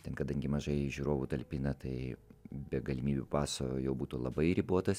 ten kadangi mažai žiūrovų talpina tai be galimybių paso jau būtų labai ribotas